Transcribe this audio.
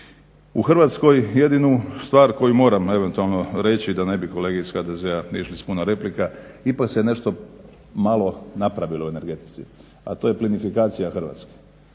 U Hrvatskoj jedinu stvar koju moram eventualno reći da ne bi kolege iz HDZ-a išli sa puno replika, ipak se nešto malo napravilo u energetici, a to je plinifikacija Hrvatske.